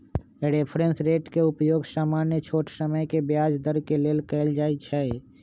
reference rate के उपयोग सामान्य छोट समय के ब्याज दर के लेल कएल जाइ छइ